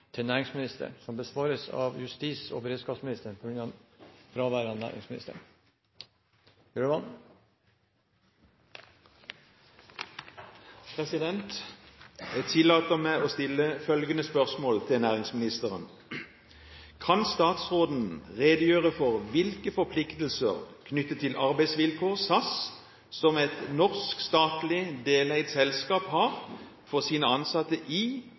til næringsministeren, vil bli besvart av justis- og beredskapsministeren på vegne av næringsministeren. Jeg tillater meg å stille følgende spørsmål til næringsministeren: «Kan statsråden redegjøre for hvilke forpliktelser knyttet til arbeidsvilkår SAS, som et norsk statlig deleid selskap, har for sine ansatte i